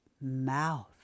mouth